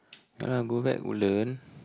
yeah lah go back Woodland